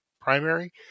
primary